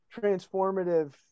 transformative